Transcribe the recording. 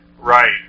Right